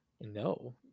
no